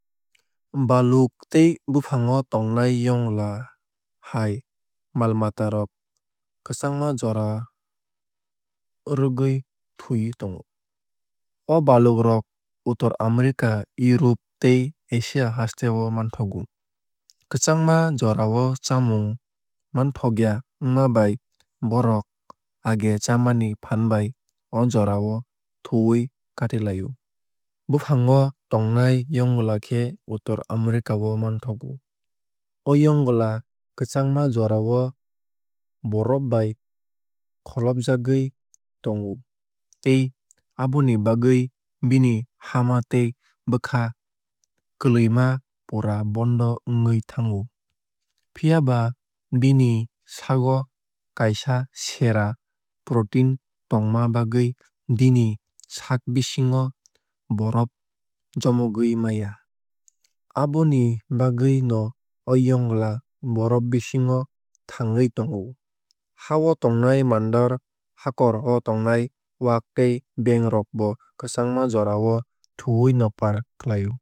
Baluk tei bufango tongnai yongla hai mal mata rok kchangma jora rwgwui thwui tongo. O baluk rok uttor america europe tei asia haste o manthogo. Kwchangma jora o chamung manthokya wngma bai bohrok aage chamani phaan bai o jora o thuwui kat lai o. Bufang o tongnai yongla khe uttor america o manthogo. O yongla kwchngma jora o borof bai kholopjagwui tango tei aboni bagwui bini hama tei bwkha kwlwui ma pura bondo wngwui thango. Phiaba bini sago kaisa sera protein tongma bagwui bini saak bisingo borof jomogwui maya. Aboni bagwui no o yongla borof bisingo thangwui tongo. Ha o tongnai mandar hakor o tongnai wak tei beng rok bo kwchangma jora no thuwui no par khlai o.